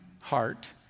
heart